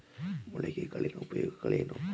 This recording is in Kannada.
ಮೊಳಕೆ ಕಾಳಿನ ಉಪಯೋಗಗಳೇನು?